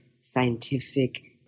scientific